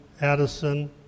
Addison